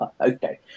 Okay